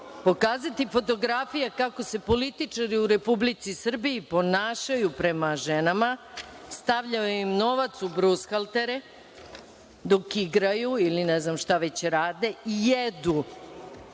pokazati fotografije kako se političari u Republici Srbiji ponašaju prema ženama, stavljao im novac u brushaltere dok igraju ili ne znam šta već rade, jedu